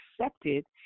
accepted